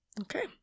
okay